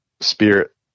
spirit